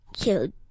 Kill